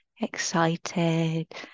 excited